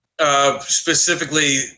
Specifically